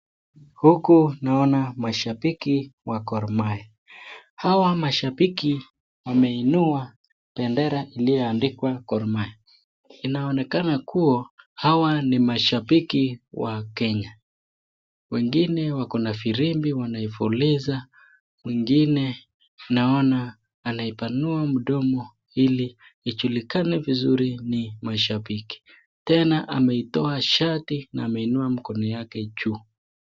Huku naona mashabiki wa Gor Mahia. Hawa mashabiki wameinua bendera ikiyoandikwa Gor Mahia. Inaonekana kuwa hawa ni mashabiki wa Kenya. Wengine wako na firimbi wanaipuliza, mwingine naona anaipanua mdomo ili ijulikane vizuri ni mashabiki tena ameitoa shati na ameinua mikono yake juu.